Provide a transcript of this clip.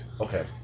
Okay